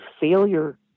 failure